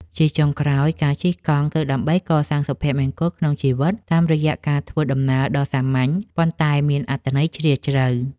ជាចុងក្រោយ ការជិះកង់គឺដើម្បីកសាងសុភមង្គលក្នុងជីវិតតាមរយៈការធ្វើដំណើរដ៏សាមញ្ញ ប៉ុន្តែមានអត្ថន័យជ្រាលជ្រៅ។